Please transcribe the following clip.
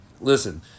Listen